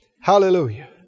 Hallelujah